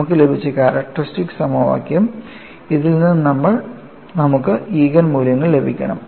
നമുക്ക് ലഭിച്ച ക്യാരക്ടർസ്റ്റിക്സ് സമവാക്യം ഇതിൽ നിന്ന് നമുക്ക് ഈജൻ മൂല്യങ്ങൾ ലഭിക്കണം